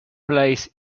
plays